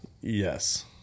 Yes